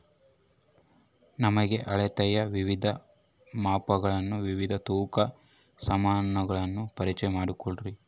ನಮಗೆ ಅಳತೆಯ ವಿವಿಧ ಮಾಪನಗಳನ್ನು ವಿವಿಧ ತೂಕದ ಸಾಮಾನುಗಳನ್ನು ಪರಿಚಯ ಮಾಡಿಕೊಡ್ರಿ?